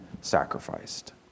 sacrificed